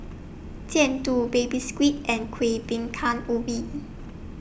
Jian Dui Baby Squid and Kuih Bingka Ubi